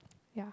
yeah